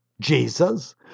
Jesus